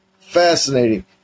fascinating